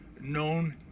known